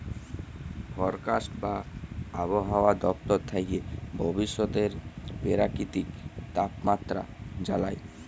forecast বা আবহাওয়া দপ্তর থ্যাকে ভবিষ্যতের পেরাকিতিক তাপমাত্রা জালায়